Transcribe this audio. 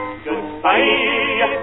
Goodbye